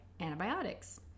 antibiotics